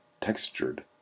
Textured